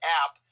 app